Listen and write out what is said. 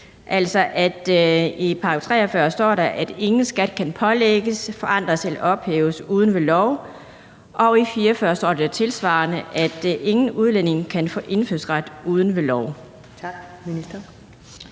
I § 43 står der, at »ingen skat kan pålægges, forandres eller ophæves uden ved lov«, og i § 44 står der tilsvarende, at »ingen udlænding kan få indfødsret uden ved lov«. Kl.